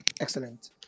excellent